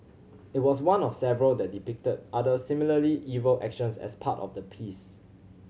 it was one of several that depicted other similarly evil actions as part of the piece